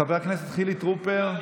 חבר הכנסת חילי טרופר,